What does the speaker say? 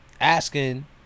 asking